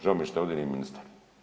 Žao mi je što ovdje nije ministar.